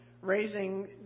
raising